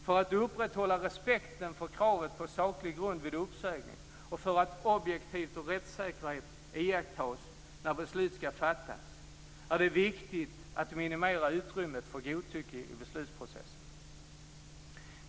För att upprätthålla respekten för kravet på saklig grund vid uppsägning och för att objektivitet och rättssäkerhet iakttas när beslut ska fattas är det viktigt att minimera utrymmet för godtycke i beslutsprocessen.